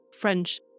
French